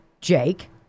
Jake